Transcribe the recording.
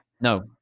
No